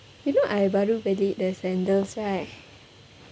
you know I baru beli the sandals right